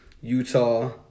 utah